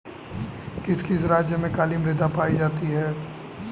किस किस राज्य में काली मृदा पाई जाती है?